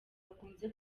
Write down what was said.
bakunze